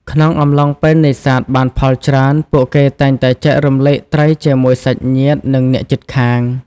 ក្នុងកំឡុងពេលនេសាទបានផលច្រើន ពួកគេតែងតែ ចែករំលែក ត្រីជាមួយសាច់ញាតិនិងអ្នកជិតខាង។